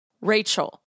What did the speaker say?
Rachel